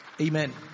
Amen